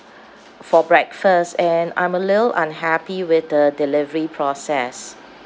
for breakfast and I'm a little unhappy with the delivery process